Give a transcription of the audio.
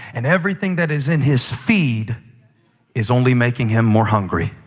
and everything that is in his feed is only making him more hungry.